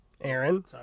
Aaron